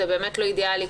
וזה באמת לא אידאלי.